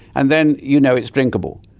and then you know it's drinkable.